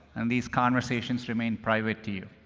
and these conversations remain private to you.